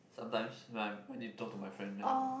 sometimes when I'm I need to talk to my friend then I will